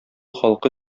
халкы